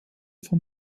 vom